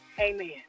amen